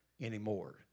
anymore